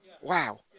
Wow